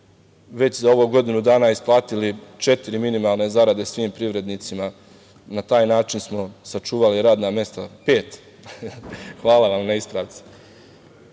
već za ovo godinu dana isplatiti četiri minimalne zarade svim privrednicima na taj način smo sačuvali radna mesta, pet. Danas, sutra